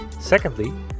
Secondly